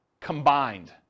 combined